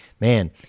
man